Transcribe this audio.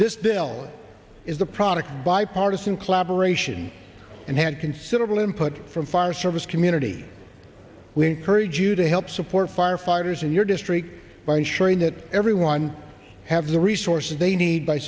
this bill is a product of bipartisan collaboration and had considerable input from fire service community we encourage you to help support firefighters in your district by ensuring that everyone have the resources they need by